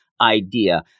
idea